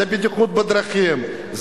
זה בטיחות בדרכים,